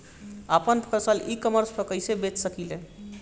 आपन फसल e commerce पर कईसे बेच सकिले?